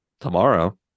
tomorrow